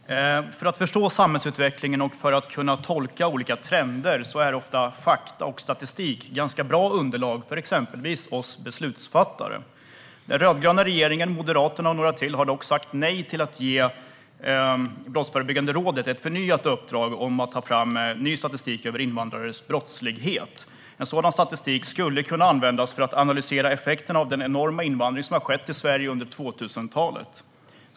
Herr talman! För att förstå samhällsutvecklingen och kunna tolka olika trender är ofta fakta och statistik ganska bra underlag för exempelvis oss beslutsfattare. Den rödgröna regeringen, Moderaterna och några till har dock sagt nej till att ge Brottsförebyggande rådet ett förnyat uppdrag att ta fram statistik över invandrares brottslighet. Sådan statistik skulle kunna användas för att analysera effekten av den enorma invandring som har skett till Sverige under 2000-talet.